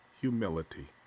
humility